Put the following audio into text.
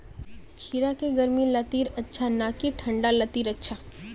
खीरा की गर्मी लात्तिर अच्छा ना की ठंडा लात्तिर अच्छा?